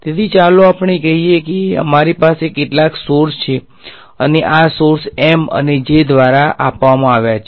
તેથી ચાલો આપણે કહીએ કે અમારી પાસે કેટલાક સોર્સ છે અને આ સોર્સ M અને J દ્વારા આપવામાં આવ્યા છે